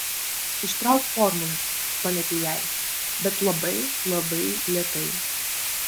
ištrauk formules paliepė jai bet labai labai lėtai